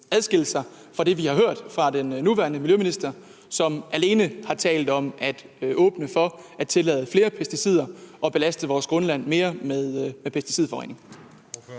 adskille sig fra det, vi har hørt om fra den nuværende miljøminister, som alene har talt om at åbne for at tillade flere pesticider og belaste vores grundvand mere med pesticidforurening?